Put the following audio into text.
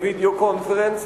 "וידיאו קונפרנס"